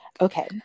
Okay